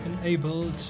Enabled